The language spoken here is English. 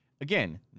Again